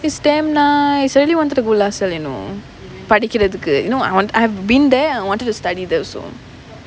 is damn nice I really wanted to go LASALLE you know படிக்றதுக்கு:padikrathukku you know I wanted I have been there and I wanted to study there also